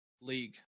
league